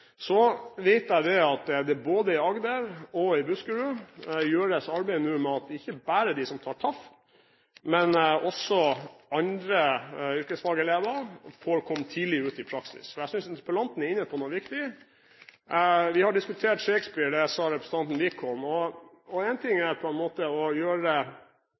Så vet jeg at det både i Agder og Buskerud gjøres arbeid nå med at ikke bare de som velger TAF, men også andre yrkesfagelever får komme tidlig ut i praksis. Jeg synes interpellanten er inne på noe viktig. Vi har diskutert Shakespeare før – det nevnte også representanten Wickholm. Én ting er å gjøre teorien enklere. Det er selvfølgelig enklere å